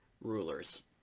rulers